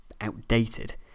outdated